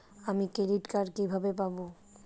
আমি credit card কিভাবে পাবো?